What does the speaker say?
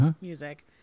music